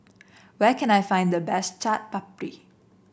where can I find the best Chaat Papri